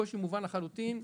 הקושי מובן לחלוטין.